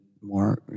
more